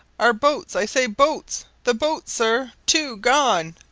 our boats i say boats the boats, sir! two gone!